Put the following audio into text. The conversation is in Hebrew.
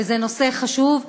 וזה נושא חשוב,